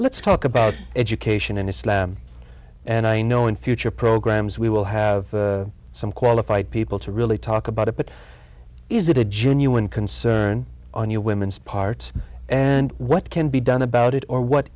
let's talk about education and and i know in future programs we will have some qualified people to really talk about it but is it a genuine concern on your women's part and what can be done about it or what